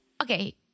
okay